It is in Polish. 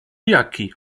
jaki